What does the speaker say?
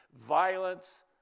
violence